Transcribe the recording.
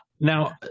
Now